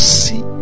see